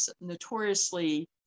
notoriously